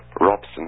Robson